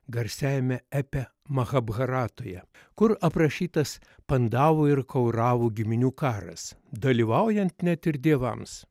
garsiajame epe machabharatoje kur aprašytas pandavų ir kauravų giminių karas dalyvaujant net ir dievams